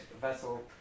Vessel